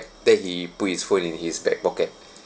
then he put his phone in his back pocket